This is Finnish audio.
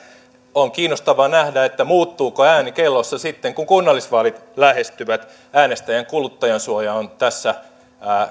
on kiinnostavaa nähdä muuttuuko ääni kellossa sitten kun kunnallisvallit lähestyvät äänestäjän kuluttajansuoja on tässä